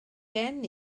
gen